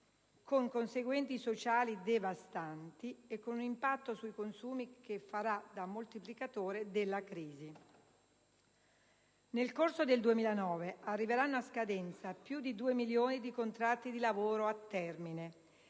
con conseguenze sociali devastanti e con un impatto sui consumi che farà da moltiplicatore della crisi. Nel corso del 2009 arriveranno a scadenza più di 2 milioni di contratti di lavoro a termine